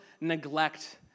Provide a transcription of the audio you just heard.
neglect